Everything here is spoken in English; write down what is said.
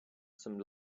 some